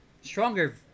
stronger